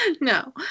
No